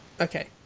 Okay